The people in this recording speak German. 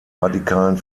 radikalen